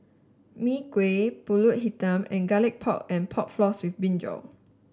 Mee Kuah pulut hitam and Garlic Pork and Pork Floss with brinjal